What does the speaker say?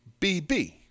BB